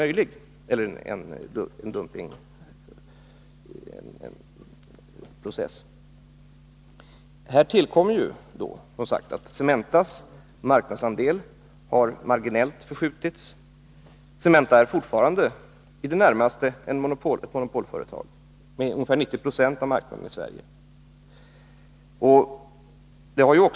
Till detta kommer att Cementas marknadsandel har förskjutits endast marginellt. Cementa är fortfarande i det närmaste ett monopolföretag med ungefär 90 76 av marknaden i Sverige.